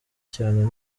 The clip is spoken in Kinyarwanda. cyane